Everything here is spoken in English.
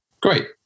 great